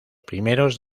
primeros